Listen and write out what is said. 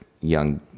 young